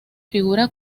figura